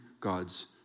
God's